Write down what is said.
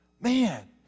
man